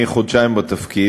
אני חודשיים בתפקיד,